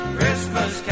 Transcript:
Christmas